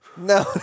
No